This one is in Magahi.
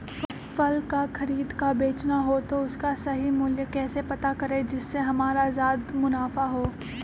फल का खरीद का बेचना हो तो उसका सही मूल्य कैसे पता करें जिससे हमारा ज्याद मुनाफा हो?